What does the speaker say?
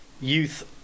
youth